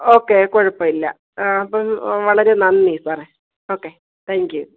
okay കുഴപ്പമില്ല അപ്പം വളരെ നന്ദി സാറെ ഓക്കെ താങ്ക്യൂ